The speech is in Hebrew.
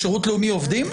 בשירות לאומי עובדים?